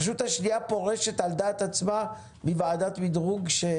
הרשות השנייה פורשת על דעת עצמה מוועדת מדרוג.